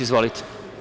Izvolite.